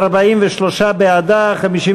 ההסתייגות של קבוצת סיעת בל"ד לסעיף 40(25)